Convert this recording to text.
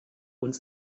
uns